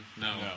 no